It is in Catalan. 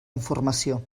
informació